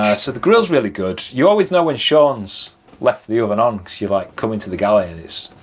ah so the grills really good, you always know when shaun's left the oven on, because you like come into the galley and it's,